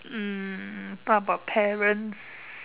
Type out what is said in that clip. um talk about parents